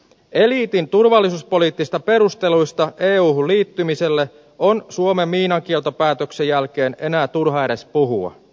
eliitin turvallisuuspoliittisista perusteluista euhun liittymiselle on suomen miinakieltopäätöksen jälkeen enää turha edes puhua